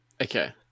Okay